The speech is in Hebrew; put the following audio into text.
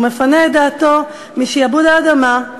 ומפנה את דעתו משעבוד האדמה,